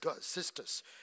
sisters